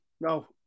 No